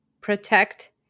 protect